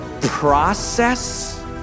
process